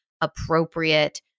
appropriate